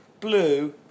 blue